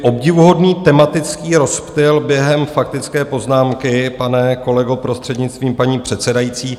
Obdivuhodný tematický rozptyl během faktické poznámky, pane kolego, prostřednictvím paní předsedající.